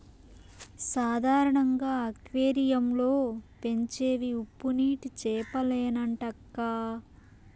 సాధారణంగా అక్వేరియం లో పెంచేవి ఉప్పునీటి చేపలేనంటక్కా